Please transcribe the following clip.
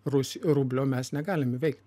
rusų rublio mes negalime įveikti